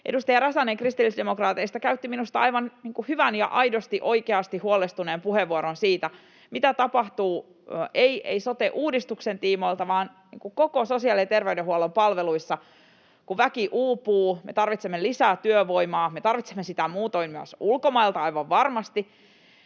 edustaja Räsänen kristillisdemokraateista käytti minusta aivan hyvän ja aidosti, oikeasti huolestuneen puheenvuoron siitä, mitä tapahtuu, ei sote-uudistuksen tiimoilta vaan koko sosiaali- ja terveydenhuollon palveluissa, kun väki uupuu. Me tarvitsemme lisää työvoimaa — me tarvitsemme sitä muutoinkin myös ulkomailta aivan varmasti